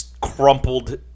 crumpled